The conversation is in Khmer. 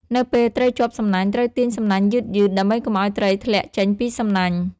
នៅពេលត្រីជាប់សំណាញ់ ត្រូវទាញសំណាញ់យឺតៗ ដើម្បីកុំឲ្យត្រីធ្លាក់ចេញពីសំណាញ់។